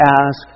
ask